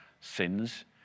sins